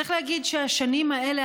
צריך להגיד שהשנים האלה,